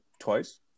Twice